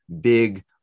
big